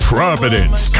Providence